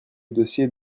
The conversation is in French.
dossier